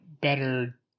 better